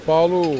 Paulo